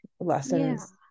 lessons